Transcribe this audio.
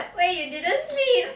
where you didn't sleep